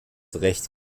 recht